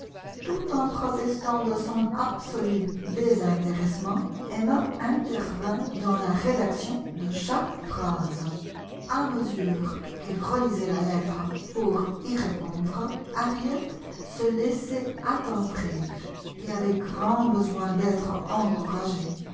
tout en protestant de son absolu désintéressement emma intervint dans la rédaction de chaque phrase à mesure qu'elle relisait la lettre pour y répondre harriet se laissait attendrir et avait grand besoin d'être encouragée